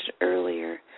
earlier